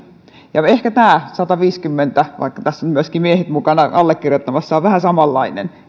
ja ehkä tämä sataviisikymmentä vaikka tässä ovat myöskin miehet olleet mukana allekirjoittamassa on vähän samanlainen